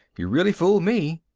you really fooled me.